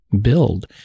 build